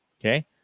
okay